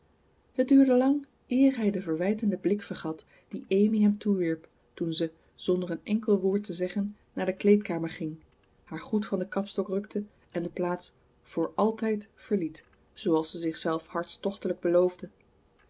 het duurde lang eer hij den verwijtenden blik vergat dien amy hem toewierp toen ze zonder een enkel woord te zeggen naar de kleedkamer ging haar goed van den kapstok rukte en de plaats voor altijd verliet zooals ze zichzelf hartstochtelijk beloofde